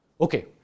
Okay